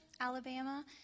Alabama